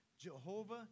Jehovah